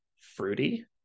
fruity